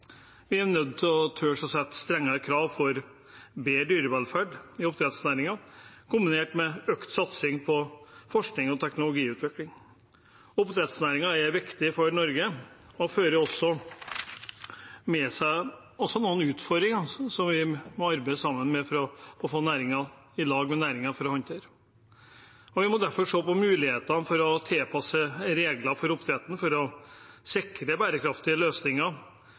Vi er nødt til å tørre å sette strengere krav til bedre dyrevelferd i oppdrettsnæringen, kombinert med økt satsing på forskning og teknologiutvikling. Oppdrettsnæringen er viktig for Norge og fører også med seg noen utfordringer vi må arbeide sammen med næringen for å håndtere. Vi må derfor se på mulighetene for å tilpasse regler for oppdretten for å sikre bærekraftige løsninger